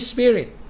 Spirit